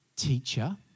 Teacher